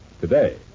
today